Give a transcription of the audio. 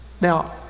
Now